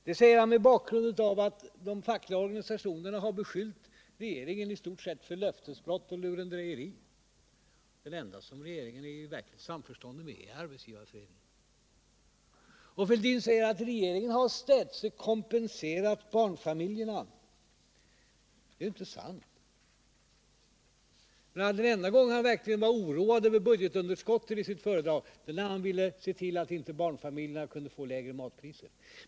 Det säger han mot bakgrund av att de fackliga organisatonerna har beskyllt regeringen i stort sett för löftesbrott och lurendrejeri. Den enda som regeringen är i verkligt samförstånd med är Arbetsgivareföreningen. Herr Fälldin säger att regeringen städse har kompenserat barnfamiljerna. Det är ju inte sant. Den enda gång han var verkligt oroad över budgetunderskottet i sitt föredrag var när han skulle se till att barnfamiljerna inte skulle få lägre matpriser.